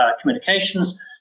communications